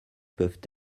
peuvent